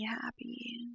happy